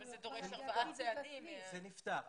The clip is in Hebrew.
זה נפתר.